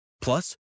Plus